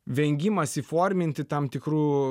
vengimas įforminti tam tikrų